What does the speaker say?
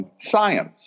science